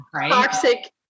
toxic